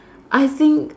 I think